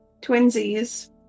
twinsies